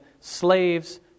slaves